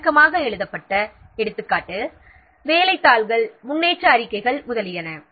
வழக்கமாக எழுதப்பட்ட எடுத்துக்காட்டு வேலைத் தாள்கள் முன்னேற்ற அறிக்கைகள் முதலியன